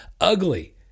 ugly